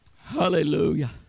Hallelujah